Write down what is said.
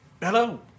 Hello